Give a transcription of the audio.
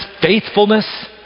faithfulness